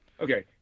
Okay